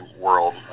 world